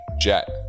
jet